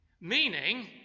meaning